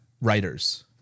writers